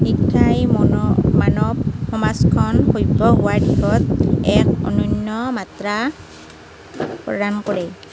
শিক্ষাই মানৱ সমাজ খন সভ্য হোৱাৰ দিশত এক অনন্য মাত্ৰা প্ৰদান কৰে